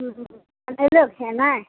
कनैलो छै ने